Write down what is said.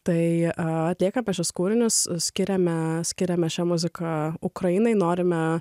tai atlieka pačius kūrinius skiriame skiriame šią muziką ukrainai norime